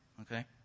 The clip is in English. okay